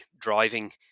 driving